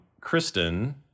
Kristen